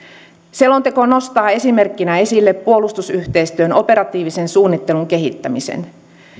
selonteko nostaa esimerkkinä esille puolustusyhteistyön operatiivisen suunnittelun kehittämisen